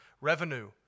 Revenue